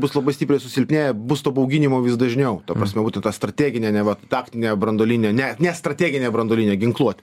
bus labai stipriai susilpnėja bus to bauginimo vis dažniau ta prasme būtent ta strateginė neva taktinė branduolinio ne nestrateginė branduolinė ginkluotė